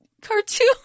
cartoon